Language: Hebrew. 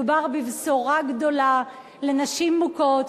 מדובר בבשורה גדולה לנשים מוכות,